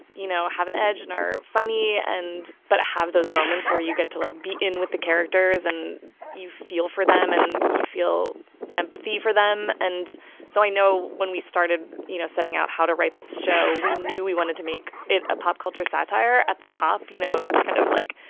you know, have an edge and are funny and but have those moments where you get to, like, be in with the characters. and you feel for them, and you feel empathy for them. and so i know when we started, you know, setting out how to write this show, we knew we wanted to make it a pop culture satire. at the top, you know, that's kind of, like,